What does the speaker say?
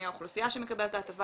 מי האוכלוסייה שמקבלת את ההטבה,